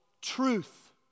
truth